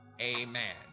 Amen